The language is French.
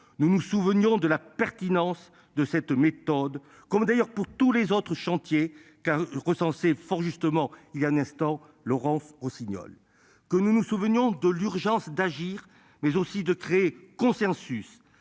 nous nous souvenons de la pertinence de cette méthode comme d'ailleurs pour tous les autres chantiers cas recensés fort justement il y a un instant, Laurence au signal que nous nous souvenons de l'urgence d'agir, mais aussi de créer consensus